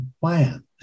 plan